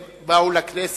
הם באו לכנסת.